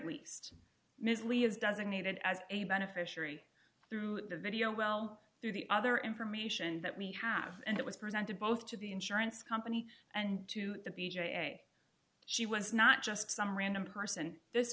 least ms lee is doesn't need it as a beneficiary through the video well through the other information that we have and it was presented both to the insurance company and to the b j she was not just some random person this